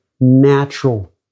natural